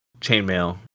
chainmail